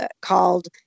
called